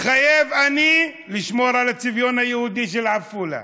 מתחייב אני לשמור על הצביון היהודי של עפולה,